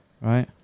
Right